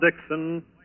Dixon